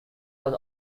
was